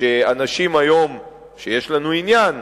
שאנשים שיש לנו עניין